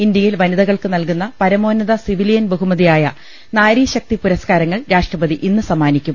ഇന്ത്യയിൽ വനിതകൾക്ക് നൽകുന്ന പരമോന്നത സിവിലിയൻ ബഹുമതിയായ നാരി ശക്തി പുരസ്കാരങ്ങൾ രാഷ്ട്രപതി ഇന്ന് സമ്മാ നിക്കും